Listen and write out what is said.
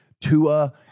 Tua